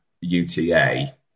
UTA